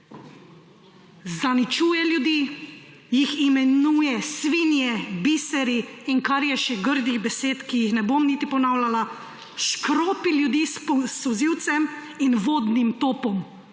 zaničuje ljudi, jih imenuje svinje, biseri in kar je še grdih besed, ki jih ne bom niti ponavljala, škropi ljudi s solzilcem in vodnim topom.